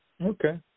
Okay